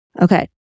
Okay